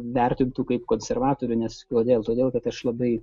vertintų kaip konservatorių nes kodėl todėl kad aš labai